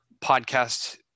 podcast